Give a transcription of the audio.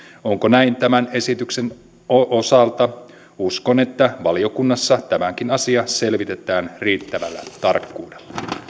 onko näin tämän esityksen osalta uskon että valiokunnassa tämäkin asia selvitetään riittävällä tarkkuudella